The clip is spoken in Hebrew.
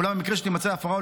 ואולם במקרה שתימצא הפרה,